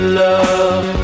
love